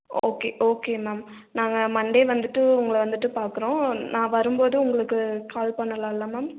okay okay ma'am நான் Monday வந்துட்டு உங்களை வந்துட்டு பார்க்குறோம் நான் வரும்போது உங்களுக்கு கால் பண்ணலாம்ல்லை மேம்